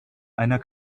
einer